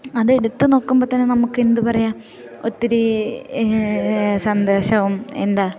അതെടുത്ത് നോക്കുമ്പോൾ തന്നെ നമുക്ക് എന്താ പറയാം ഒത്തിരി സന്തോഷവും എന്താ